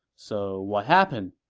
so what happened?